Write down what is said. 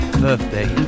birthday